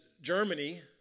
Germany